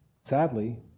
sadly